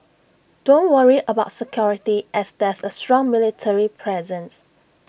don't worry about security as there's A strong military presence